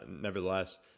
nevertheless